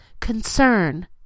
Concern